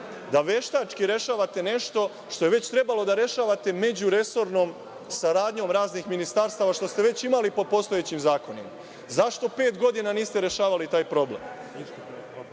da veštački rešavate nešto što je trebalo da rešavate međuresorno saradnjom raznih ministarstava, što ste već imali po postojećim zakonima. Zašto pet godina niste rešavali taj problem? Ono